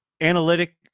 analytic